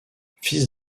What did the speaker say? fils